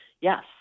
Yes